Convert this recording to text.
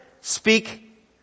Speak